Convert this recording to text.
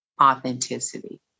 authenticity